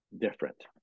different